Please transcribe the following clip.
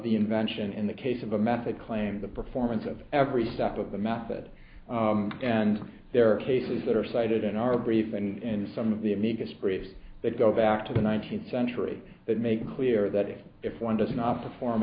the invention in the case of a method claim the performance of every step of the method and there are cases that are cited in our brief and some of the amicus briefs that go back to the nineteenth century that make it clear that if one does not perform